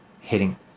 hitting